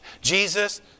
Jesus